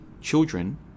children